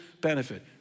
benefit